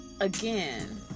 again